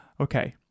Okay